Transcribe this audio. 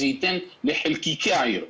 זה ייתן לחלקיקי העיר.